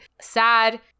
sad